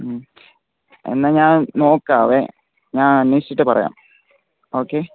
മ് എന്നാൽ ഞാൻ നോക്കാമേ ഞാൻ അന്വേഷിച്ചിട്ടു പറയാം ഓക്കെ